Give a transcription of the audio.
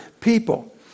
people